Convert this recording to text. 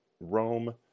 Rome